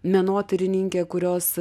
menotyrininkę kurios